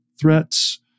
threats